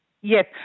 Yes